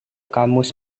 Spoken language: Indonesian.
kamus